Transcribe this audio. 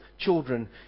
Children